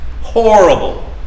horrible